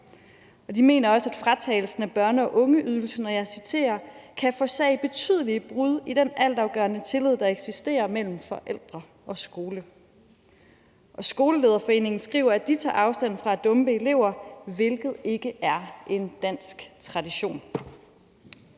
De mener også, at fratagelsen af børne- og ungeydelsen, og jeg citerer, kan forårsage betydelige brud i den altafgørende tillid, der eksisterer mellem forældre og skole. Skolelederforeningen skriver, at de tager afstand fra at dumpe elever, hvilket ikke er en dansk tradition.